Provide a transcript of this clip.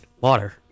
water